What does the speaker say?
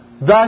Thus